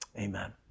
Amen